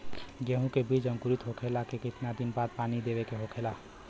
गेहूँ के बिज अंकुरित होखेला के कितना दिन बाद पानी देवे के होखेला?